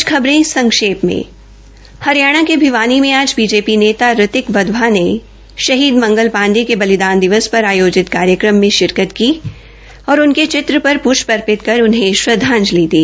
कछ खबरे संक्षेप में हरियाणा के भिवानी मे आज बीजेपी नेता रितिक वधवा ने शहीद मंगल पांडे के बलिदान दिवस पर आयोजित कार्यक्रम में शिरकत की और उनके चित्र पर पृष्प अर्पित कर उन्हें श्रदधांजलि दी